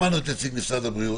שמענו את נציג משרד הבריאות.